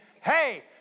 hey